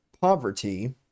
poverty